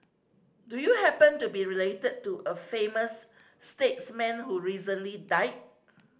do you happen to be related to a famous statesman who recently died